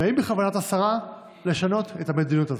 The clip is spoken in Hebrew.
3. האם בכוונת השרה לשנות את המדיניות הזאת?